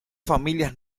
familias